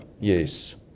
Yes